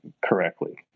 correctly